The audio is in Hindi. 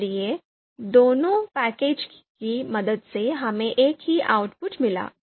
इसलिए दोनों पैकेजों की मदद से हमें एक ही आउटपुट मिला